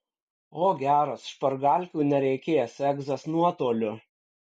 o geras špargalkių nereikės egzas nuotoliu